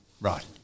Right